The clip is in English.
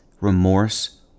remorse